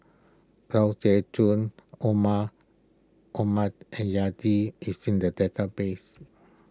Lai Siu Chun Omar Omar is in the database